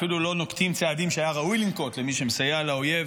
אפילו לא נוקטים צעדים שהיה ראוי לנקוט למי שמסייע לאויב,